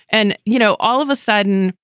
and, you know, all of a sudden,